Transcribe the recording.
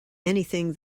anything